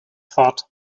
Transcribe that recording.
thought